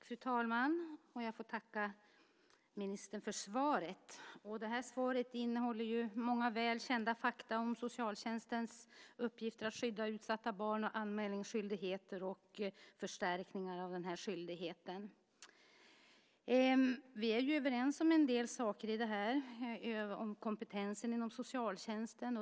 Fru talman! Jag får tacka ministern för svaret. Svaret innehåller många väl kända fakta om socialtjänstens uppgifter när det gäller att skydda utsatta barn och när det gäller anmälningsskyldigheten och förstärkningar av den skyldigheten. Vi är överens om en del saker i fråga om kompetensen inom socialtjänsten.